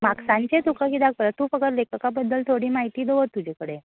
मार्कसांचें तुका किद्याक जाय तूं फकत लेखका बद्दल थोडी म्हायती दवर तुजे कडेन